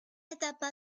etapa